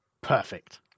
Perfect